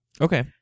Okay